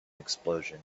explosion